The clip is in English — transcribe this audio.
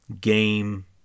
game